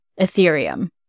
Ethereum